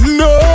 no